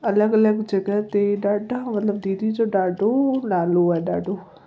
अलॻि अलॻि जॻह ते ॾाढा मतिलब दीदी जो ॾाढो नालो आहे ॾाढो